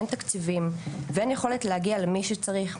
אין תקציבים ואין יכולת להגיע למי שצריך,